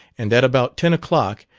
and at about ten o'clock,